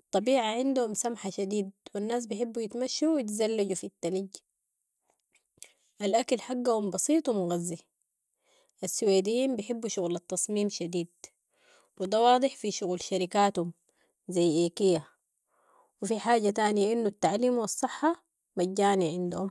الطبيعة عندهم سمحة شديد و الناس بحبوا يتمشوا و يتزلجوا في التلج، ال اكل حقهم بسيط و مغذي. السويديين بيحبوا شغل التصميم شديد و ده واضح في شغل شركاتهم زي IKEA و في حاجة تانية انو التعليم و الصحة مجاني عندهم.